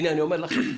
הינה, אני אומר לכם: